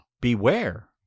beware